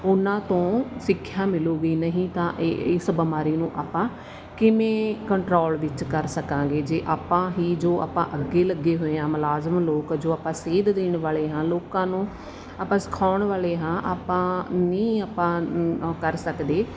ਉਹਨਾਂ ਤੋਂ ਸਿੱਖਿਆ ਮਿਲੂਗੀ ਨਹੀਂ ਤਾਂ ਇਹ ਇਸ ਬਿਮਾਰੀ ਨੂੰ ਆਪਾਂ ਕਿਵੇਂ ਕੰਟਰੋਲ ਵਿੱਚ ਕਰ ਸਕਾਂਗੇ ਜੇ ਆਪਾਂ ਹੀ ਜੋ ਆਪਾਂ ਅੱਗੇ ਲੱਗੇ ਹੋਏ ਆ ਮੁਲਾਜ਼ਮ ਲੋਕ ਜੋ ਆਪਾਂ ਸੇਧ ਦੇਣ ਵਾਲੇ ਹਾਂ ਲੋਕਾਂ ਨੂੰ ਆਪਾਂ ਸਿਖਾਉਣ ਵਾਲੇ ਹਾਂ ਆਪਾਂ ਨਹੀਂ ਆਪਾਂ ਉਹ ਕਰ ਸਕਦੇ